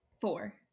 Four